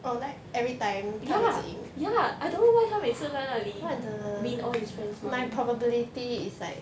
ya ya I don't know why 他每次在那里 win all his friends money